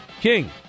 King